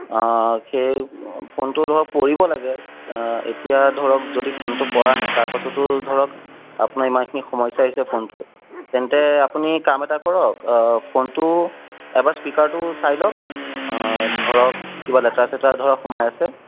সেই ফোনটো ধৰক পৰিব লাগে এতিয়া ধৰক যদি ফোনটো পৰা নাই তাৰপাছতো ধৰক আপোনাৰ ইমানখিনি সমস্যা হৈছে ফোনটোৰ তেন্তে আপুনি কাম এটা কৰক ফোনটো এবাৰ স্পীকাৰটো চাই লওক ধৰক কিবা লেতেৰা চেতেৰা ধৰক সোমাই আছে